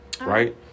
right